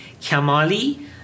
Kamali